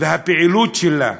והפעילות שלה.